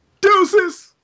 Deuces